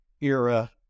era